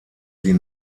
sie